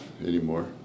anymore